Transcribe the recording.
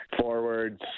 forwards